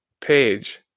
page